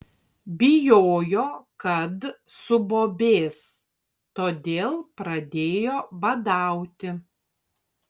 bijojo kad subobės todėl pradėjo badauti